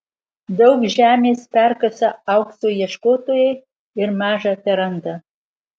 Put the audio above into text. daug žemės perkasa aukso ieškotojai ir maža teranda